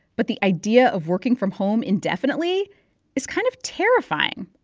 but the idea of working from home indefinitely is kind of terrifying.